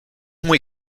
muy